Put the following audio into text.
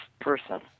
person